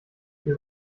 ihr